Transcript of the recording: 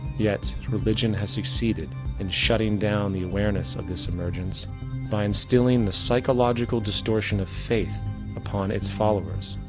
yet, religion has succeeded in shutting down the awareness of this emergence by instilling the psychological distortion of faith upon it's followers.